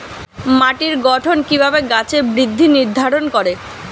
মাটির গঠন কিভাবে গাছের বৃদ্ধি নির্ধারণ করে?